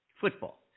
Football